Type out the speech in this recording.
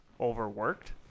overworked